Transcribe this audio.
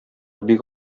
бик